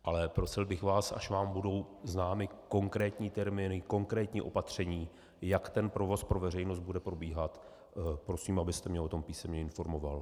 Ale prosil bych vás, až vám budou známy konkrétní termíny, konkrétní opatření, jak ten provoz pro veřejnost bude probíhat, prosím, abyste mě o tom písemně informoval.